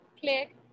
click